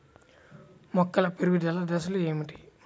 మొక్కల పెరుగుదల దశలు ఏమిటి?